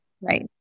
Right